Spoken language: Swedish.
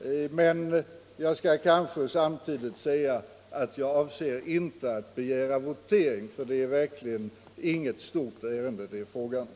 Jag skall kanske samtidigt säga att jag inte avser att begära votering. Det är verkligen inget stort ärende det är fråga om.